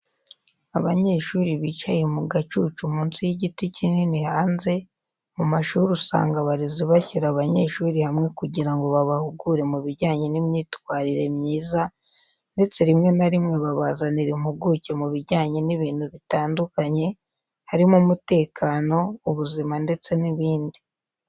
Abanyeshuri bicaye mu gacucu munsi y'igiti kinini hanze, mu mashuri usanga abarezi bashyira abanyeshuri hamwe kugira ngo babahugure mubijyanye n'imyitwarire myiza, ndetse rimwe na rimwe babazanira impuguke mu bijyanye n'ibintu bitandukanye, harimo umutekano, ubuzima, ndetse n'ibindi.